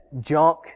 junk